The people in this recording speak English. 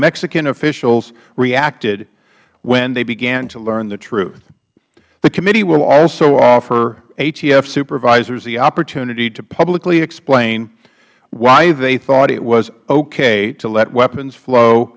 mexican officials reacted when they began to learn the truth the committee will also offer atf supervisors the opportunity to publicly explain why they thought it was okay to let weapons flow